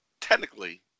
technically